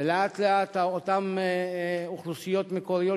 ולאט-לאט אותן אוכלוסיות מקוריות,